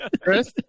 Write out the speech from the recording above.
Chris